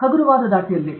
ಹಗುರವಾದ ಧಾಟಿಯಲ್ಲಿ